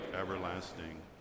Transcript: everlasting